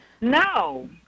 No